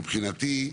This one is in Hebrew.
מבחינתי,